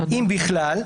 אם בכלל.